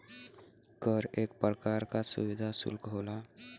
कर एक परकार का सुविधा सुल्क होला